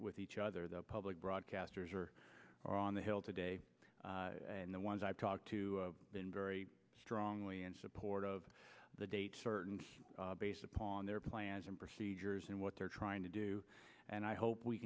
with each other the public broadcasters are on the hill today and the ones i've talked to been very strongly in support of the date certain based upon their plans and procedures and what they're trying to do and i hope we